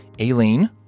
Aileen